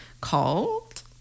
called